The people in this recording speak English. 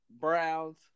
Browns